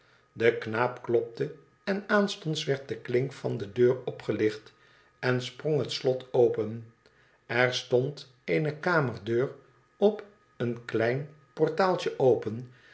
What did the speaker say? de knaap klopte en aanstonds werd de klink van de deur opgelicht en sprong het slot open er stond eene kamerdeur op een klein portaaltje open